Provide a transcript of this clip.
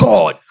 God